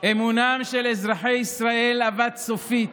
אמונם של אזרחי ישראל אבד סופית.